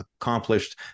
accomplished